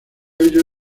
ello